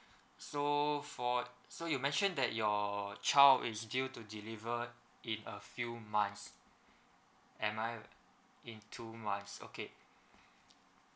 so for so you mentioned that your child is due to deliver in it a few months am I in two months okay